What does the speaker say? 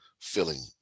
filling